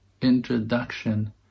introduction